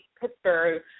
Pittsburgh